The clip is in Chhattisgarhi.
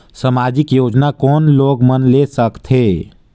समाजिक योजना कोन लोग मन ले सकथे?